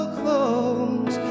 close